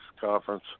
conference